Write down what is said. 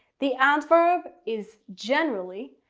the adverb is generally.